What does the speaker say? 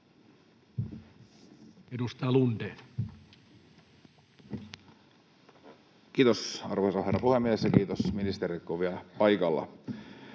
Edustaja Lundén. Kiitos, arvoisa herra puhemies! Ja kiitos ministerille, kun vielä on paikalla.